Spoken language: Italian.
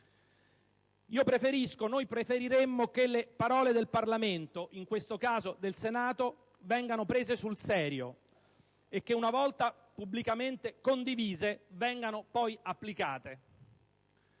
conto. Noi preferiremmo che le parole del Parlamento, in questo caso del Senato, venissero prese sul serio e che, una volta pubblicamente condivise, fossero poi applicate.